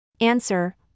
Answer